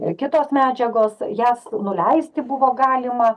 ir kitos medžiagos jas nuleisti buvo galima